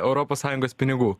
europos sąjungos pinigų